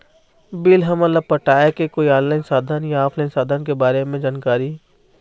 Bill हमन ला पटाए के कोई ऑनलाइन साधन या ऑफलाइन साधन के बारे मे जानकारी?